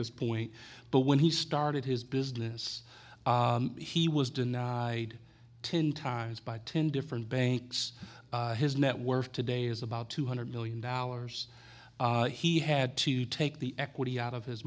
this point but when he started his business he was denied ten times by ten different banks his net worth today is about two hundred million dollars he had to take the equity out of his